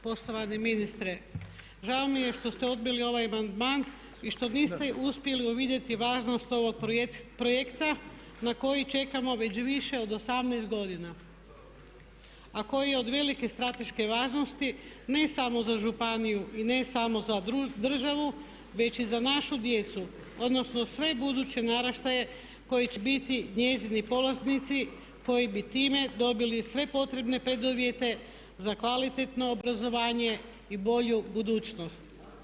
Poštovani ministre, žao mi je što ste odbili ovaj amandman i što niste uspjeli uvidjeti važnost ovog projekta na koji čekamo već više od 18 godina a koji je od velike strateške važnosti ne samo za županiju i ne samo za državu već i za našu djecu odnosno sve buduće naraštaje koji će biti njezini polaznici koji bi time dobili sve potrebne preduvjete za kvalitetno obrazovanje i bolju budućnost.